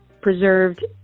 preserved